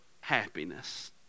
happiness